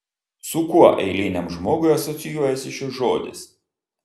su kuo eiliniam žmogui asocijuojasi šis žodis